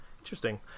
Interesting